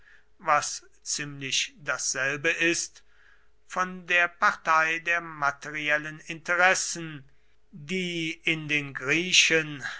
was ziemlich dasselbe ist von der partei der materiellen interessen die in den griechen